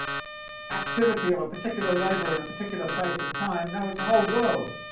activity of a particular labour in a particular place and time, now it's a whole world.